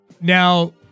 Now